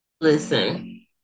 Listen